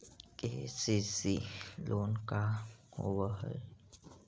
KCC loan का होब हइ?